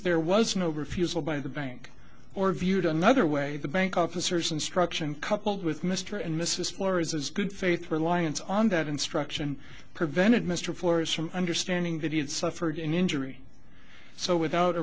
there was no refusal by the bank or viewed another way the bank officers instruction coupled with mr and mrs flores as good faith reliance on that instruction prevented mr forrest from understanding that he had suffered an injury so without a